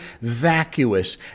vacuous